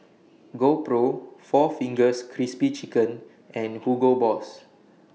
GoPro four Fingers Crispy Chicken and Hugo Boss